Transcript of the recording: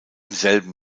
selben